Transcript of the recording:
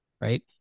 right